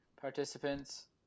participants